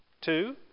Two